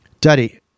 daddy